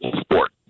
sport